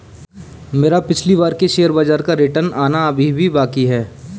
मेरा पिछली बार के शेयर बाजार का रिटर्न आना अभी भी बाकी है